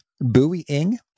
buoying